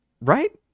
Right